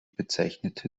bezeichnete